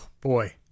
boy